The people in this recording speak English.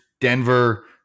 Denver